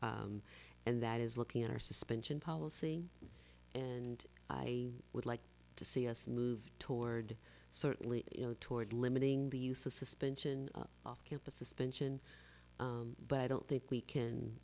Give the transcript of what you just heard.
and that is looking at our suspension policy and i would like to see us move toward certainly you know toward limiting the use of suspension off campus suspension but i don't think we can